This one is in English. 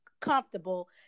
comfortable